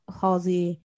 Halsey